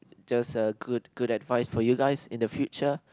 just a good good advice for you guys in the future